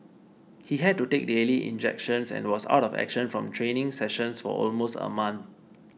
he had to take daily injections and was out of action from training sessions for almost a month